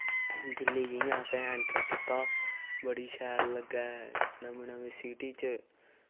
दिल्ली जि'यां असें एंटर कीत्ता बड़ी शैल लग्गै नमीं नमीं सिटी च